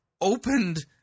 opened